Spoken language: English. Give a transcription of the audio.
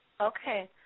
Okay